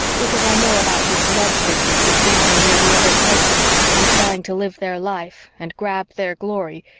because i know about this love business of thinking you're the other person and trying to live their life and grab their glory,